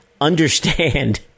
understand